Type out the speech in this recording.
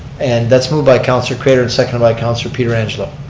and that's moved by councilor craitor and seconded by councilor pietrangelo.